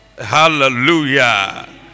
Hallelujah